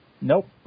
Nope